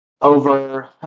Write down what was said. over